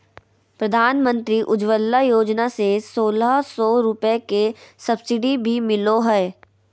प्रधानमंत्री उज्ज्वला योजना से सोलह सौ रुपया के सब्सिडी भी मिलो हय